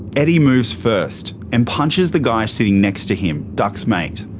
eddie moves first, and punches the guy sitting next to him, duck's mate.